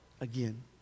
again